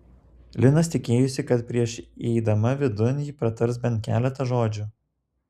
linas tikėjosi kad prieš įeidama vidun ji pratars bent keletą žodžių